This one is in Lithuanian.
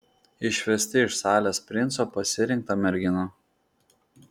išvesti iš salės princo pasirinktą merginą